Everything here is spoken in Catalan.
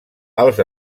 els